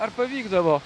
ar pavykdavo